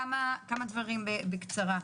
כמה דברים בקצרה,